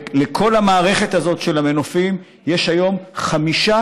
בכל המערכת הזאת של המנופים יש חמישה